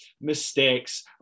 mistakes